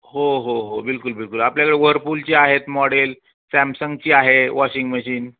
हो हो हो बिलकुल बिलकुल आपल्याकडे व्हरपूलची आहेत मॉडेल सॅमसंगची आहे वॉशिंग मशीन